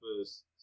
first